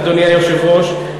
אדוני היושב-ראש,